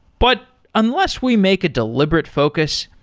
but unless we make a deliberate focus,